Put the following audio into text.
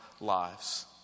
lives